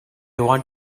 want